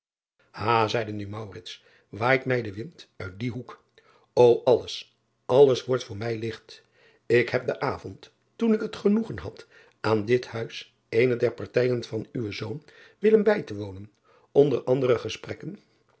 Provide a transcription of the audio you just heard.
a zeide nu waait mij de wind uit dien hoek o lles alles wordt voor mij licht k heb den avond toen ik het genoegen had aan dit huis eene der partijen van uwen zoon bij te wonen onder andere gesprekken